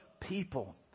people